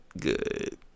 good